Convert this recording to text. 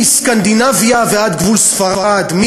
מסקנדינביה ועד גבול ספרד,